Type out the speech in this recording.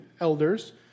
elders